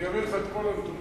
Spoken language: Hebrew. אני אראה לך את כל הנתונים,